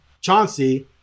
Chauncey